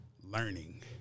learning